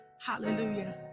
Hallelujah